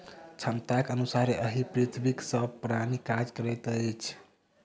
क्षमताक अनुसारे एहि पृथ्वीक सभ प्राणी काज करैत अछि